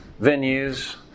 venues